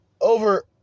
Over